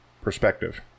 perspective